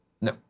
no